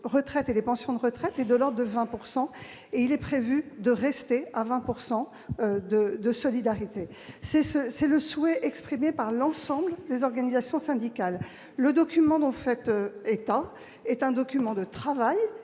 dans les pensions de retraites est de l'ordre de 20 % et il est prévu de maintenir ce ratio. C'est le souhait exprimé par l'ensemble des organisations syndicales. Le document dont vous faites état est un document de travail